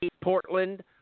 Portland